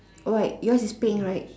white yours is pink right